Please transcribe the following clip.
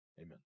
Amen